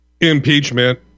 impeachment